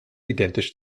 identisch